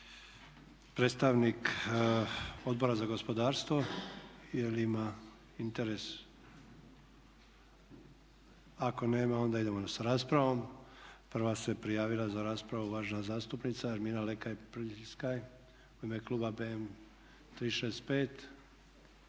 Predstavnik Odbora za gospodarstvo jer ima interes? Ako nema onda idemo sa raspravom. Prva se prijavila za raspravu uvažena zastupnica Ermina Lekaj Prljaskaj U IME KLUBA BM365.